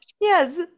Yes